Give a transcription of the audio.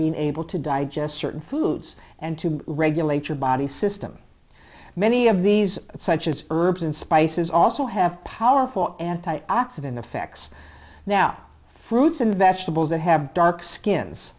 being able to digest certain foods and to regulate your body system many of these such as herbs and spices also have powerful anti oxidant effects now fruits and vegetables that have dark skins